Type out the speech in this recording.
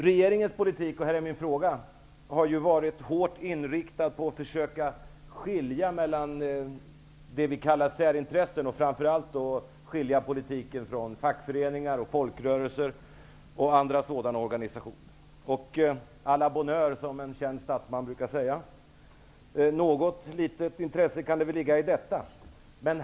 Regeringens politik har ju varit hårt inriktad på att försöka skilja ut det vi kallar särintressen, och då framför allt på att skilja politiken från fackföreningar, folkrörelser och andra sådana organisationer. A la bonne heure, som en känd statsman brukar säga. Något litet intresse kan det väl ligga i detta.